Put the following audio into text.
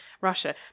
Russia